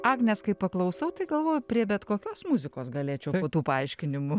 agnės kai paklausau tai galvoju prie bet kokios muzikos galėčiau tų paaiškinimų